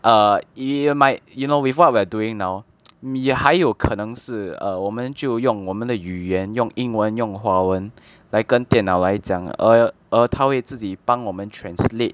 err you might you know with what we're doing now 你还有可能是 err 我们就用我们的语言用英文用华文来跟电脑来讲而而他会自己帮我们 translate